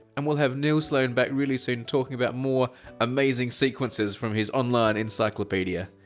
and we'll have neil sloane back really soon talking about more amazing sequences from his online encyclopedia.